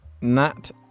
Nat